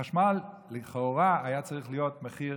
החשמל, לכאורה, מחירו היה צריך להיות חינם.